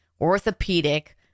orthopedic